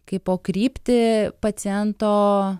kaip po kryptį paciento